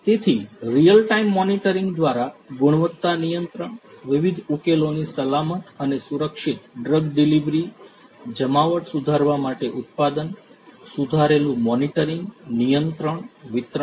તેથી real time monitoring દ્વારા ગુણવત્તા નિયંત્રણ વિવિધ ઉકેલોની સલામત અને સુરક્ષિત ડ્રગ ડિલીવરી જમાવટ સુધારવા માટે ઉત્પાદન સુધારેલું મોનિટરિંગ નિયંત્રણ વિતરણ